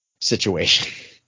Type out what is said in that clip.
situation